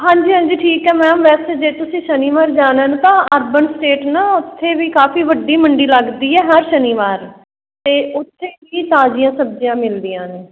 ਹਾਂਜੀ ਹਾਂਜੀ ਠੀਕ ਹੈ ਮੈਮ ਵੈਸੇ ਜੇ ਤੁਸੀਂ ਸ਼ਨੀਵਾਰ ਜਾਣਾ ਏ ਤਾਂ ਅਰਬਨ ਸਟੇਟ ਨਾ ਉੱਥੇ ਵੀ ਕਾਫੀ ਵੱਡੀ ਮੰਡੀ ਲੱਗਦੀ ਹੈ ਹਰ ਸ਼ਨੀਵਾਰ ਤਾਂ ਉੱਥੇ ਵੀ ਤਾਜ਼ੀਆਂ ਸਬਜ਼ੀਆਂ ਮਿਲਦੀਆਂ ਨੇ